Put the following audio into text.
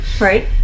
Right